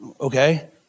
Okay